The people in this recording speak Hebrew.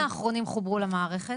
מתי האחרונים חוברו למערכת?